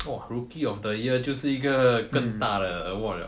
!wah! rookie of the year 就是一个更大的 award liao